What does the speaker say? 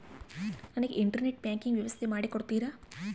ನನಗೆ internet banking ವ್ಯವಸ್ಥೆ ಮಾಡಿ ಕೊಡ್ತೇರಾ?